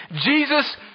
Jesus